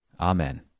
Amen